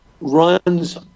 runs